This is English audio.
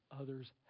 other's